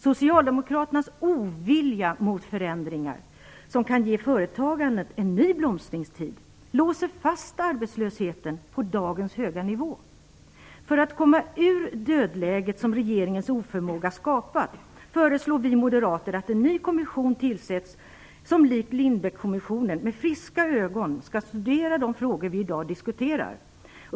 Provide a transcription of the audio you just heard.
Socialdemokraternas ovilja till förändringar som kan ge företagandet en ny blomstringstid låser fast arbetslösheten på dagens höga nivå. För att komma ur dödläget som regeringens oförmåga skapat föreslår vi moderater att en ny kommission tillsätts som likt Lindbeckkommissionen med friska ögon skall studera de frågor som vi i dag diskuterar.